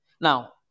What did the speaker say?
now